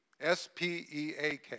S-P-E-A-K